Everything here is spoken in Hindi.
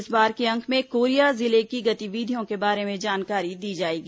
इस बार के अंक में कोरिया जिले की गतिविधियों के बारे में जानकारी दी जाएगी